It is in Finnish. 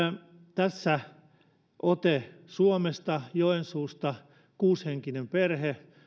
tässä on ote suomesta joensuusta on kuusihenkinen perhe